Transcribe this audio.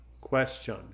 question